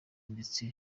ndetse